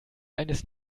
eines